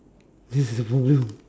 that's the problem